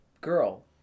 girl